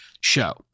show